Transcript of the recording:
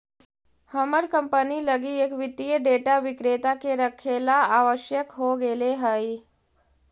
हमर कंपनी लगी एक वित्तीय डेटा विक्रेता के रखेला आवश्यक हो गेले हइ